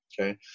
Okay